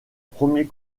premier